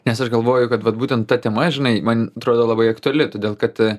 nes aš galvoju kad vat būtent ta tema žinai man atrodo labai aktuali todėl kad